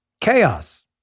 Chaos